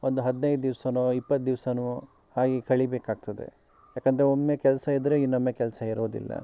ಒಂದು ಹದ್ನೈದು ದಿವ್ಸಾನೋ ಇಪ್ಪತ್ತು ದಿವ್ಸಾನೋ ಹಾಗೆ ಕಳಿಬೇಕಾಗ್ತದೆ ಯಾಕೆಂದ್ರೆ ಒಮ್ಮೆ ಕೆಲಸ ಇದ್ದರೆ ಇನ್ನೊಮ್ಮೆ ಕೆಲಸ ಇರೋದಿಲ್ಲ